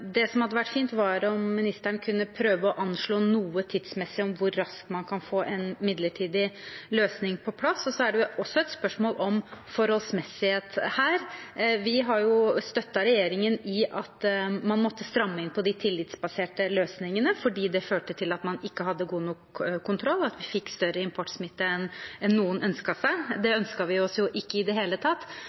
Det som hadde vært fint, var om statsråden kunne prøve å anslå noe tidsmessig om hvor raskt man kan få en midlertidig løsning på plass. Det er også et spørsmål om forholdsmessighet her. Vi har støttet regjeringen i at man måtte stramme inn på de tillitsbaserte løsningene, fordi det førte til at man ikke hadde god nok kontroll, og at vi fikk større importsmitte enn noen ønsket seg – det ønsket vi oss ikke i det hele tatt.